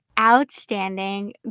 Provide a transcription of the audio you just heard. outstanding